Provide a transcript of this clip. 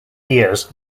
years